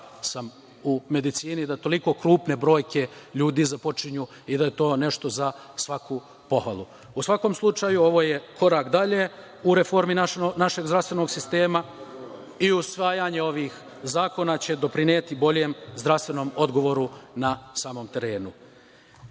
sam u medicini, da toliko krupne brojke ljudi započinju i da je to nešto za svaku pohvalu.U svakom slučaju, ovo je korak dalje u reformi našeg zdravstvenog sistema. Usvajanje ovih zakona će doprineti boljem zdravstvenom odgovoru na samom terenu. Nadam